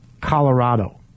Colorado